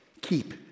keep